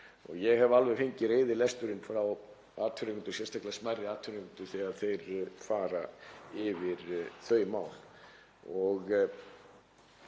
Ég hef alveg fengið reiðilesturinn frá atvinnurekendum, sérstaklega smærri atvinnurekendum, þegar þeir fara yfir þau mál.